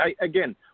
again